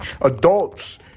Adults